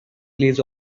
plays